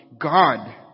God